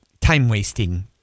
time-wasting